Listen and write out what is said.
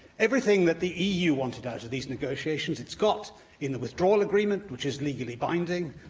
everything that the eu wanted out of these negotiations it's got in the withdrawal agreement, which is legally binding.